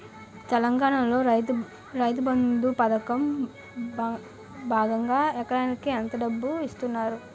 తెలంగాణలో రైతుబంధు పథకం భాగంగా ఎకరానికి ఎంత డబ్బు ఇస్తున్నారు?